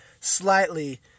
slightly